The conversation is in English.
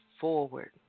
forward